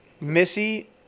Missy